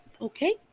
Okay